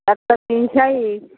একটা free size